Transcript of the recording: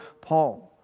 Paul